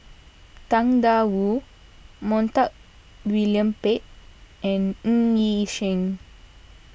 Tang Da Wu Montague William Pett and Ng Yi Sheng